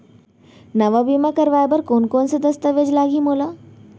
नवा बीमा करवाय बर कोन कोन स दस्तावेज लागही मोला?